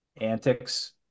antics